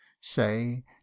say